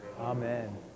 Amen